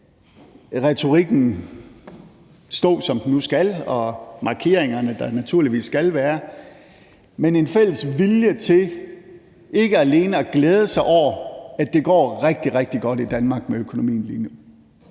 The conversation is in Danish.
retorikken stå, som den nu skal, og de markeringer, der naturligvis skal være der, er en fælles vilje til at glæde sig over, at det går rigtig, rigtig godt i Danmark med økonomien lige nu.